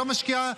לא משקיעה.